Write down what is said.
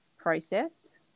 Process